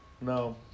no